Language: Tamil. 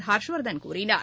ஹர்ஷ்வர்தன் கூறினார்